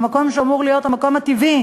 המקום שאמור להיות המקום הטבעי